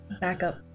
Backup